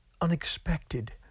unexpected